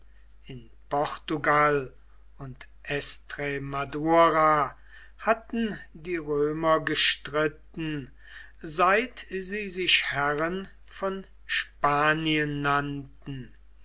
in portugal und estremadura hatten die römer gestritten seit sie sich herren von spanien nannten